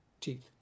teeth